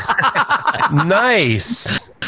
Nice